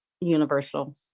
universal